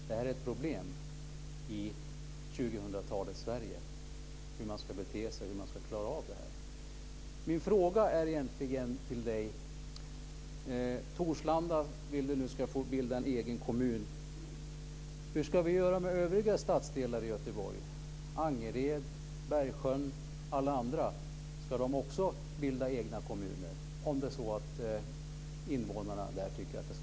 Det är ett problem i 2000-talets Sverige hur man ska bete sig och hur man ska klara av detta. Jag har en fråga till Åsa Torstensson. Hon vill att Torslanda ska få bilda en egen kommun. Hur ska vi göra med övriga stadsdelar i Göteborg - Angered, Bergsjön och alla andra? Ska de också bilda egna kommuner om invånarna där tycker att det ska vara så?